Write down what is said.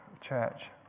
church